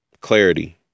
Clarity